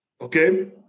Okay